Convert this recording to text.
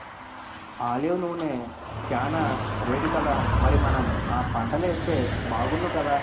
olive నూనె చానా రేటుకదా మరి మనం ఆ పంటలేస్తే బాగుణ్ణుకదా